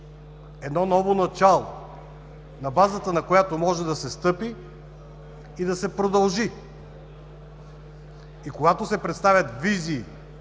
едно ново начало на базата, на което може да се стъпи и да се продължи. Когато се представят визии,